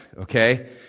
okay